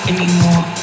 Anymore